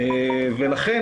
לכן,